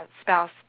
spouse